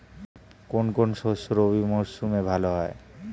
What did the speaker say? কোন কোন শস্য রবি মরশুমে ভালো হয়?